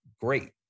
great